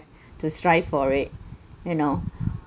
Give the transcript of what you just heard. to strive for it you know